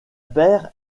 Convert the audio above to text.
père